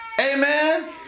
Amen